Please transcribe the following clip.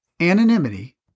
Anonymity